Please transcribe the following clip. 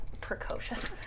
precocious